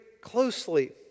closely